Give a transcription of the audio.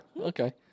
Okay